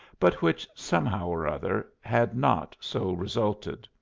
but which somehow or other had not so resulted.